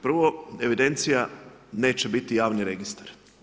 Prvo, evidencija, neće biti javni registar.